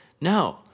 No